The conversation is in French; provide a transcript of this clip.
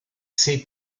ses